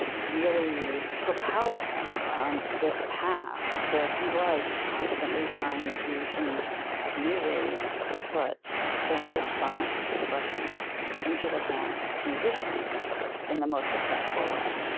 really propelled him on this path, where he was constantly trying to think of new ways to put expanded sonic expression into the hands of musicians in the most accessible way